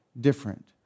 different